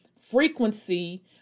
frequency